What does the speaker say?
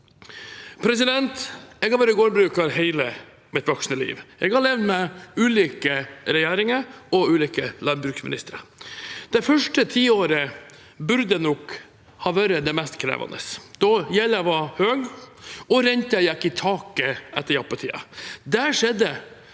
avtalen. Jeg har vært gårdbruker hele mitt voksne liv. Jeg har levd med ulike regjeringer og ulike landbruksministre. Det første tiåret burde nok ha vært det mest krevende, da gjelden var høy og renten gikk i taket etter jappetiden.